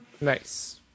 Nice